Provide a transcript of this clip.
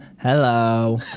Hello